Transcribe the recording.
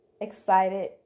excited